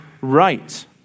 right